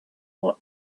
what